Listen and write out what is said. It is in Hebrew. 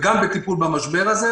וגם בטיפול במשבר הזה.